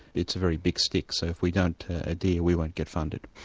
it's a very big stick, so if we don't adhere, we won't get funded.